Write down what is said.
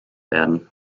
werden